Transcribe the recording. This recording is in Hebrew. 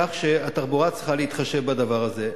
כך שהתחבורה צריכה להתחשב בדבר הזה.